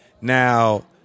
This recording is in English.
now